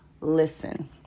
Listen